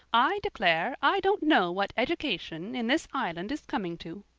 i declare, i don't know what education in this island is coming to.